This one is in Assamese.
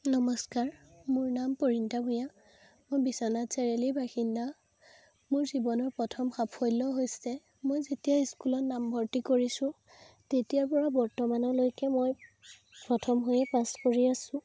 নমস্কাৰ মোৰ নাম পৰিণীতা ভূঞা মই বিশ্বনাথ চাৰিআলিৰ বাসিন্দা মোৰ জীৱনৰ প্ৰথম সাফল্য হৈছে মই যেতিয়া স্কুলত নামভৰ্তি কৰিছোঁ তেতিয়াৰ পৰা বৰ্তমানলৈকে মই প্ৰথম হৈয়ে পাছ কৰি আছোঁ